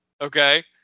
okay